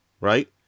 right